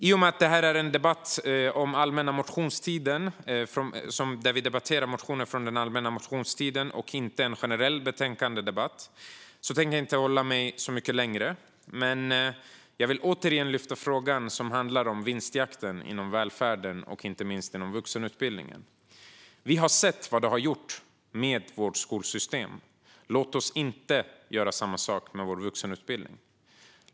I och med att detta är en debatt där vi debatterar motioner från den allmänna motionstiden och inte en generell betänkandedebatt tänker jag inte hålla på särskilt mycket längre. Jag vill dock återigen ta upp frågan om vinstjakten inom välfärden, inte minst inom vuxenutbildningen. Vi har sett vad detta har gjort med vårt skolsystem - låt oss inte göra samma sak med vår vuxenutbildning!